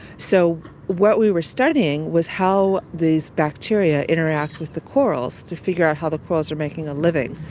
so what we were studying was how these bacteria interact with the corals, to figure out how the corals are making a living,